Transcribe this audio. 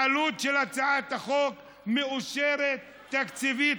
העלות של הצעת החוק מאושרת תקציבית,